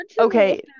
okay